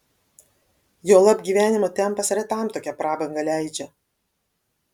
juolab gyvenimo tempas retam tokią prabangą leidžia